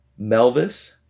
Melvis